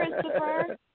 Christopher